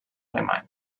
alemany